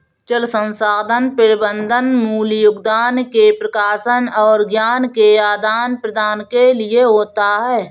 जल संसाधन प्रबंधन मूल योगदान के प्रकाशन और ज्ञान के आदान प्रदान के लिए होता है